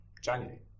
January